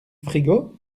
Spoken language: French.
frigo